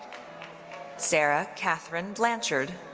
sarah catherine blanchard.